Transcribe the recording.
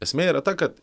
esmė yra ta kad